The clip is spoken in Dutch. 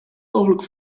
mogelijk